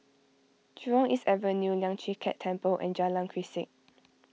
Jurong East Avenue Lian Chee Kek Temple and Jalan Grisek